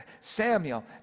Samuel